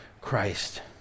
Christ